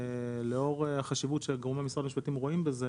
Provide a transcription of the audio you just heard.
לאור החשיבות שגורמי משרד המשפטים רואים בזה,